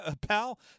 pal